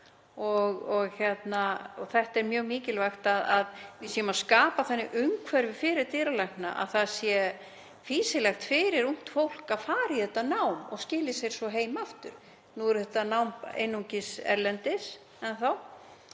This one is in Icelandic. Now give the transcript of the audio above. Það er mjög mikilvægt að við séum að skapa þannig umhverfi fyrir dýralækna að það sé fýsilegt fyrir ungt fólk að fara í þetta nám og að það skili sér svo heim aftur. Nú er þetta nám einungis erlendis enn þá